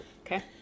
Okay